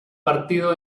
partido